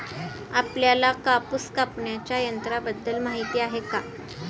आपल्याला कापूस कापण्याच्या यंत्राबद्दल माहीती आहे का?